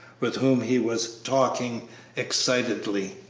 with whom he was talking excitedly.